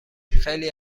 خیلی